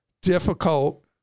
difficult